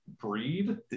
breed